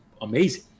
amazing